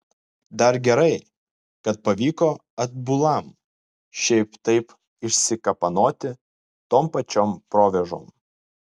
dar gerai kad pavyko atbulam šiaip taip išsikapanoti tom pačiom provėžom